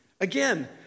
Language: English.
again